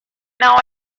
now